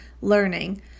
learning